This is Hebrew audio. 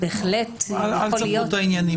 בהחלט יכול להיות --- אל תסבכו את העניינים,